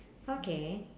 okay